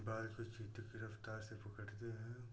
बाल को चीते की रफ्तार से पकड़ते हैं